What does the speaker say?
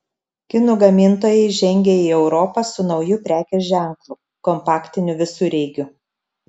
kinų gamintojai žengia į europą su nauju prekės ženklu kompaktiniu visureigiu